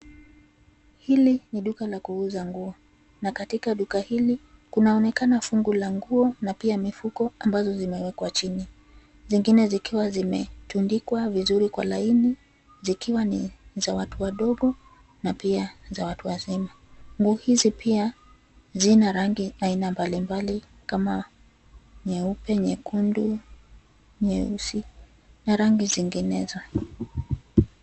Hili ni duka la kuuza nguo, na katika duka hili, kunaonekana fungu la nguo na pia mifuko, ambazo imewekwa chini, zingine zikiwa zime, tundikwa vizuri kwa laini, zikiwa ni, za watu wadogo, na pia za watu wazima, nguo hizi pia, zina rangi aina mbalimbali, kama: nyeupe, nyekundu, nyeusi na rangi zinginezo.